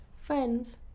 friends